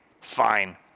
Fine